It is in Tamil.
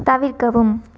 தவிர்க்கவும்